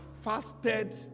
fasted